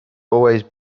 always